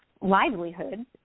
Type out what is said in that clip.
livelihoods